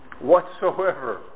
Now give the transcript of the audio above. whatsoever